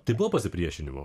tai buvo pasipriešinimo